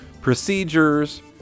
procedures